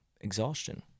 exhaustion